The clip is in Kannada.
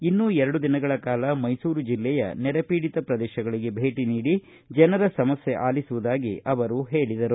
ಇನ್ನೂ ಎರಡು ದಿನಗಳ ಕಾಲ ಮೈಸೂರು ಜಿಲ್ಲೆಯ ನೆರೆ ಪೀಡಿತ ಪ್ರದೇಶಗಳಿಗೆ ಭೇಟಿ ನೀಡಿ ಜನರ ಸಮಸ್ಕೆ ಅಲಿಸುವುದಾಗಿ ಅವರು ಹೇಳಿದರು